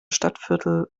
stadtviertel